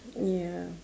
ya